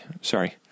Sorry